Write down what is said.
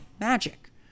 Magic